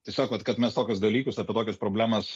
tiesiog vat kad mes tokius dalykus apie tokias problemas